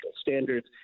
standards